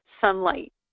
sunlight